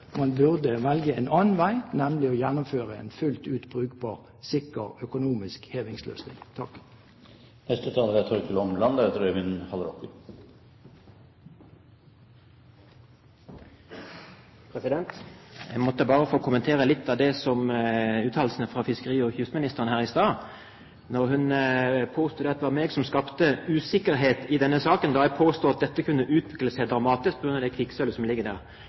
man burde velge en annen vei, nemlig å gjennomføre en fullt ut brukbar, sikker, økonomisk hevingsløsning. Jeg må bare få kommentere litt av uttalelsene fra fiskeri- og kystministeren her i stad. Hun påsto at det var jeg som skapte usikkerhet i denne saken da jeg sa at dette kunne utvikle seg dramatisk på grunn av kvikksølvet som ligger der.